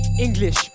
English